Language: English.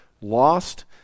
lost